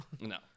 No